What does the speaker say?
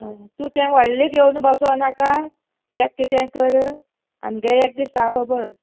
आं तूं तें व्हडलें घेवन बसूं नाका एक कितें कर आमगे एक दिसा खबर